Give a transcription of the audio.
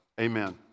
Amen